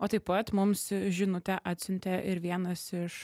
o taip pat mums žinutę atsiuntė ir vienas iš